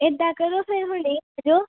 ਇੱਦਾਂ ਕਰੋ ਫਿਰ ਹੁਣੀ ਆ ਜੋ